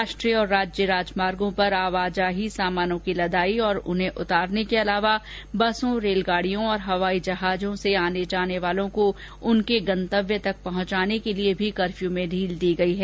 राष्ट्रीय और राज्य राजमार्गो पर आवाजाही सामानों की लदाई और उन्हें उतारने के अलावा बसों रेलगाड़ियों और हवाई जहाजों से आने वालों को उनके गंतव्य तक पहुंचाने के लिए भी कफ़र्य में ढील दी गई है